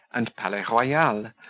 and palais royal,